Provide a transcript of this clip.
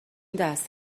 دست